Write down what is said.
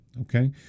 okay